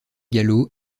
gallo